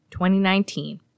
2019